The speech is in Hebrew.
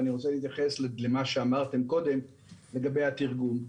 ואני רוצה להתייחס למה שאמרתם קודם לגבי התרגום.